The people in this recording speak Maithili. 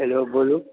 हेलो बोलू